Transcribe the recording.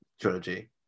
Trilogy